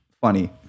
funny